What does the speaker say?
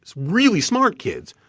so really smart kids,